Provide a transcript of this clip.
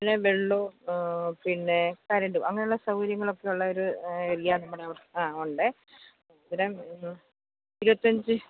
പിന്നെ വെള്ളോം പിന്നെ കറൻറ്റും അങ്ങനുള്ള സൗകര്യങ്ങളൊക്കെ ഉള്ള ഒരു ഏരിയ നമ്മുടെ ഉണ്ട് ഇരുപത്തഞ്ച്